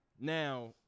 Now